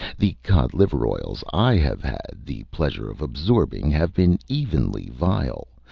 the cod-liver oils i have had the pleasure of absorbing have been evenly vile,